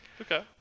Okay